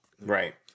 right